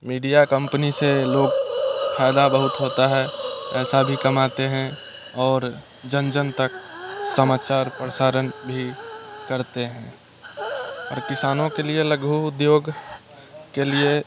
media company से लोग फायदा बहुत होता है पैसा भी कमाते हैं और जन जन तक समाचार प्रसारण भी करते हैं और किसानों के लिए लघु उद्योग के लिए